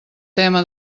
tema